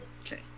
Okay